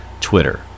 Twitter